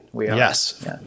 Yes